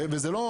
וזה לא,